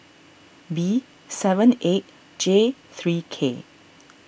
B seven eight J three K